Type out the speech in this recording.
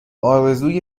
آرزوی